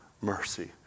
mercy